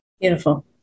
Beautiful